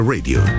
Radio